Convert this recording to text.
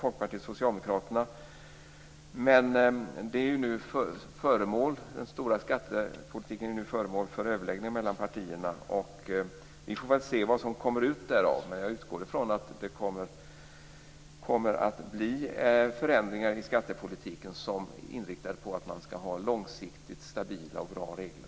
Skattepolitiken är ju nu föremål för överläggningar mellan partierna. Vi får se vad som kommer ut därav. Jag utgår från att det kommer att bli förändringar i skattepolitiken som är inriktade på att man skall ha långsiktigt stabila och bra regler.